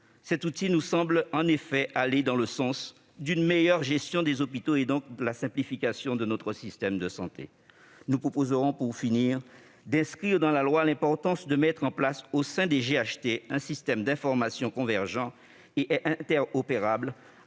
Cet outil nous semble en effet aller dans le sens d'une meilleure gestion des hôpitaux et, donc, de la simplification de notre système de santé. Pour finir, nous proposerons d'inscrire dans la loi l'importance de mettre en place, au sein des GHT, un système d'information convergent et interopérable,